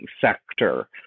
sector